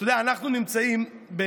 אתה יודע, אנחנו נמצאים בחברה,